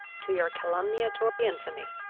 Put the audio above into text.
to your calumniator infamy,